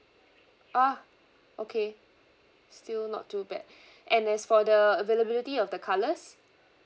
ah okay still not too bad and as for the availability of the colours